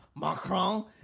Macron